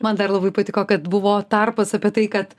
man dar labai patiko kad buvo tarpas apie tai kad